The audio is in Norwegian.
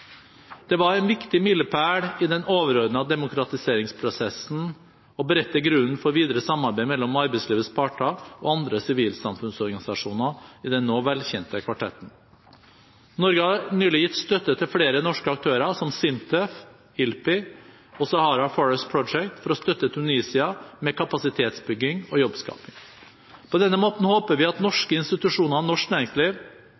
Det var en viktig milepæl i den overordnede demokratiseringsprosessen og beredte grunnen for videre samarbeid mellom arbeidslivets parter og andre sivilsamfunnsorganisasjoner i den nå velkjente kvartetten. Norge har nylig gitt støtte til flere norske aktører, som SINTEF, ILPI og Sahara Forest Project, for å støtte Tunisia med kapasitetsbygging og jobbskaping. På denne måten håper vi at